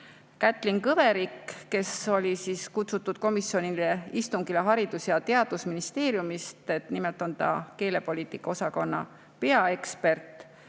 Kätlin Kõverik, kes oli kutsutud komisjoni istungile Haridus- ja Teadusministeeriumist – ta on keelepoliitika osakonna peaekspert